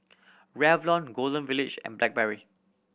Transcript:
Revlon Golden Village and Blackberry